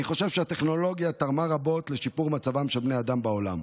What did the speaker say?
אני חושב שהטכנולוגיה תרמה רבות לשיפור מצבם של בני אדם בעולם,